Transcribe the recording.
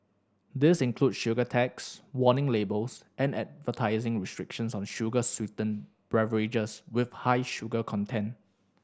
this include sugar tax warning labels and advertising restrictions on sugar sweetened beverages with high sugar content